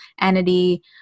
entity